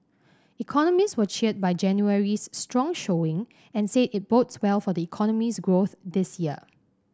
economists were cheered by January's strong showing and said it bodes well for the economy's growth this year